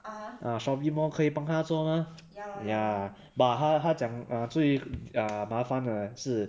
ah shopee mall 可以帮他做 mah ya but 他他讲 err 最 err 麻烦的是